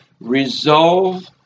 resolve